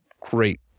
great